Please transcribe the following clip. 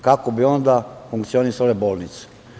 Kako bi onda funkcionisale bolnice?